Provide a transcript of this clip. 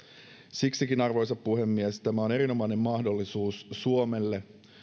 siksikin arvoisa puhemies tämä on erinomainen mahdollisuus suomelle